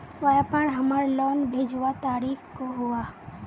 व्यापार हमार लोन भेजुआ तारीख को हुआ?